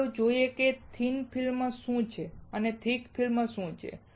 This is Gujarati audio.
તો ચાલો જોઈએ કે થિન ફિલ્મ શું છે અને થીક ફિલ્મ શું છે